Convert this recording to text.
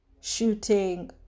shooting